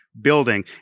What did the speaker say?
Building